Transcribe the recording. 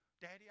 Daddy